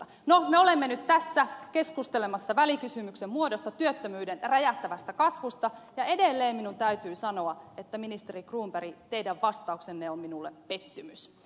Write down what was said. no me olemme nyt tässä keskustelemassa välikysymyksen muodossa työttömyyden räjähtävästä kasvusta ja edelleen minun täytyy sanoa että ministeri cronberg teidän vastauksenne on minulle pettymys